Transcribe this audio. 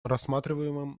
рассматриваемым